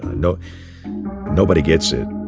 no nobody gets it